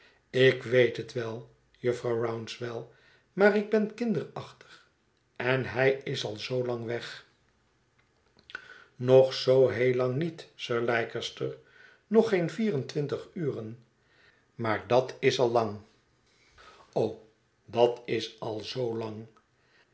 ik weet het wel jufvrouw rouncewell maar ik ben kinderachtig en hij is al zoo lang weg nog zoo heel lang niet sir leicester nog geen vier en twintig uren maar dat is al lang o dat is al